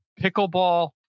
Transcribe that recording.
Pickleball